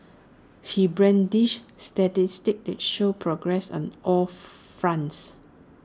he brandished statistics that showed progress on all fronts